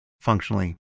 functionally